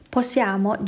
Possiamo